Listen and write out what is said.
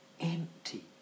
empty